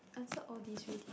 answer all these already